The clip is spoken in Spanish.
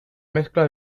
mezcla